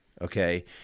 okay